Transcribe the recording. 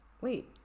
Wait